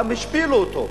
גם השפילו אותו,